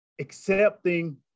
accepting